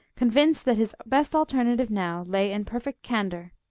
convinced that his best alternative now lay in perfect candour.